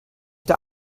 der